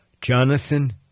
Jonathan